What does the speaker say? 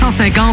150